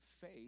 faith